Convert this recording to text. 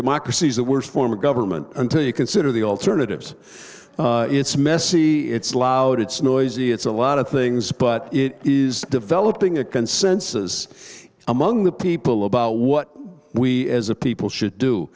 democracy is the worst form of government until you consider the alternatives it's messy it's loud it's noisy it's a lot of things but it is developing a consensus among the people about what we as a people should do